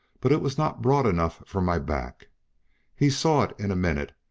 but it was not broad enough for my back he saw it in a minute,